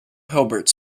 hilbert